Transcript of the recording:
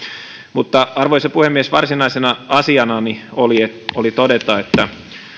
mutta arvoisa puhemies varsinaisena asianani oli oli todeta että